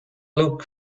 looked